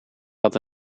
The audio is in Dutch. had